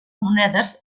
monedes